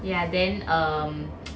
ya then err